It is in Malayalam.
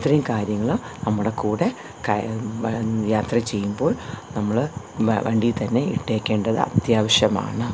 ഇത്രയും കാര്യങ്ങൾ നമ്മുടെ കൂടെ ക യാത്ര ചെയ്യുമ്പോൾ നമ്മൾ വ വണ്ടിയിൽ തന്നെ ഇട്ടേക്കേണ്ടത് അത്യാവശ്യമാണ്